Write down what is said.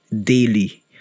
daily